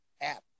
app